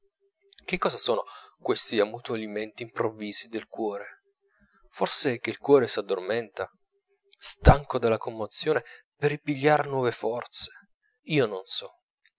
che cosa sono questi ammutolimenti improvvisi del cuore forse che il cuore s'addormenta stanco della commozione per ripigliar nuove forze io non so